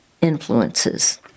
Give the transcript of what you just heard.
influences